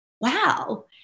wow